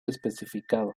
especificado